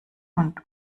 und